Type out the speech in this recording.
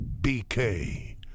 BK